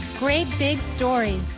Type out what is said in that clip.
great big story.